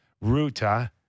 Ruta